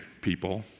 people